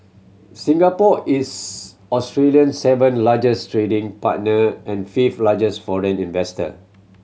Singapore is Australian seventh largest trading partner and fifth largest foreign investor